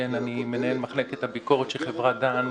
אני מנהל מחלקת הביקורת של חברת "דן".